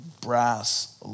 brass